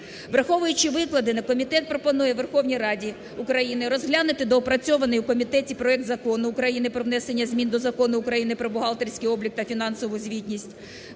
Враховуючи викладене, комітет пропонує Верховній Раді України розглянути доопрацьований в комітеті проект Закону України "Про внесення змін до Закону України про бухгалтерський облік та фінансову звітність"